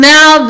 Now